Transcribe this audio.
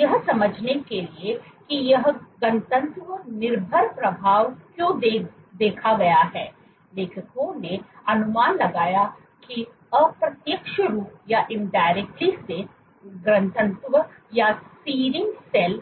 तो यह समझने के लिए कि यह घनत्व निर्भर प्रभाव क्यों देखा गया है लेखकों ने अनुमान लगाया कि अप्रत्यक्ष रूप से घनत्व या सीडिंग सेल